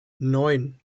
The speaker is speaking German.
neun